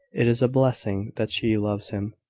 it is a blessing that she loves him,